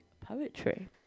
Poetry